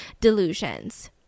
delusions